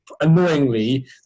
Annoyingly